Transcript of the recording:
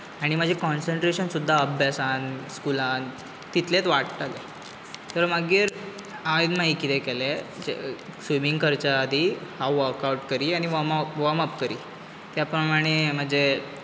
आनी म्हाजें कॉन्सेंट्रेशन सुद्दां अभ्यासांत स्कुलांत तितलेंच वाडटलें तर मागीर हायें मागीर कितें केलें स्विमिंग करचे आदीं हांव वर्कआवट करी आनी वॉर्मअप करी त्या प्रमाणें म्हजें